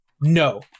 No